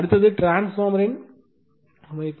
அடுத்தது டிரான்ஸ்பார்மர்யின் கட்டுமானம்